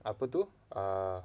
apa tu err